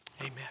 Amen